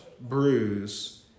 bruise